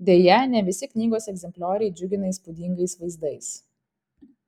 deja ne visi knygos egzemplioriai džiugina įspūdingais vaizdais